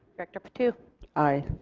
director patu aye.